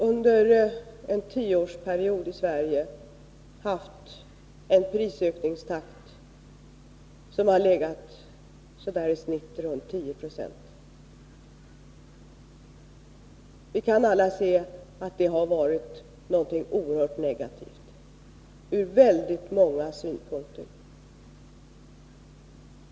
Under en tioårsperiod har vi i Sverige haft en prisökningstakt på i genomsnitt ungefär 10 70. Vi kan alla se att det ur väldigt många synpunkter har varit oerhört negativt.